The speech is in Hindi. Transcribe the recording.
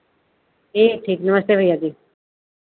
ठीक ठीक नमस्ते भैया जी